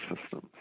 systems